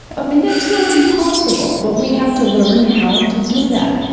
um and that's not impossible but we have to learn how to do that.